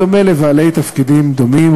בדומה לבעלי תפקידים דומים,